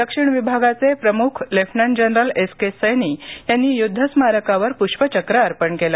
दक्षिण विभागाचे प्रमुख lieutenant general S K Saini यांनी युद्ध स्मारकावर पुष्पचक्र अर्पण केलं